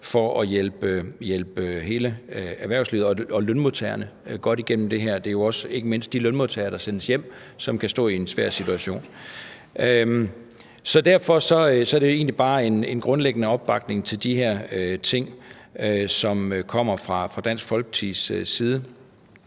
for at hjælpe hele erhvervslivet og lønmodtagerne godt igennem det her. Det er jo ikke mindst de lønmodtagere, der sendes hjem, som kan stå i en svær situation. Derfor er det jo egentlig bare en grundlæggende opbakning til de her ting, som kommer fra Dansk Folkepartis side